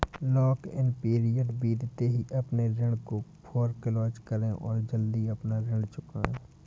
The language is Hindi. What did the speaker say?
लॉक इन पीरियड बीतते ही अपने ऋण को फोरेक्लोज करे और अपना ऋण जल्द चुकाए